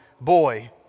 boy